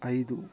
ಐದು